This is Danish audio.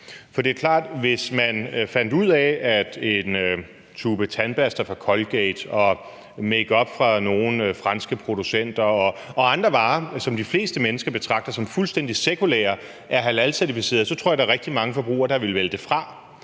For det er klart, at hvis man fandt ud af, at en tube tandpasta fra Colgate og makeup fra nogle franske producenter og andre varer, som de fleste mennesker betragter som fuldstændig sekulære, var halalcertificeret, så tror jeg, at der er rigtig mange forbrugere, der ville vælge det